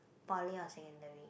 poly or secondary